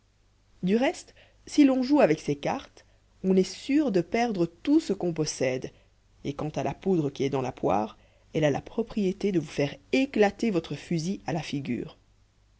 du reste si l'on joue avec ces cartes on est sûr de perdre tout ce qu'on possède et quant à la poudre qui est dans la poire elle a la propriété de vous faire éclater votre fusil à la figure